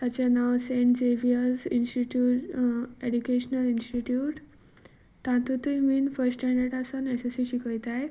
ताचें नांव Saint Xavier's Institute Educational Institute तातुंतूय बीन फस्ट स्टँडर्डा सून एस एस सी शिकयतात